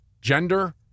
gender